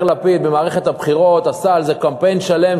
לפיד במערכת הבחירות עשה עליהם קמפיין שלם,